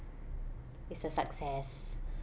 it's a success